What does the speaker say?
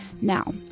Now